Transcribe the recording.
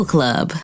Club